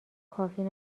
کافی